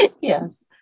Yes